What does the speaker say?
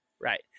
Right